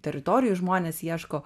teritorijų žmonės ieško